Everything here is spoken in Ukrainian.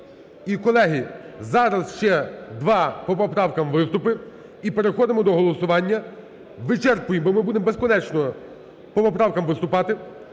І, колеги, зараз ще два по поправкам виступи і переходимо до голосування. Вичерпно, бо ми будемо безкінечно по поправкам виступати.